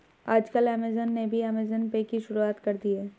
आजकल ऐमज़ान ने भी ऐमज़ान पे की शुरूआत कर दी है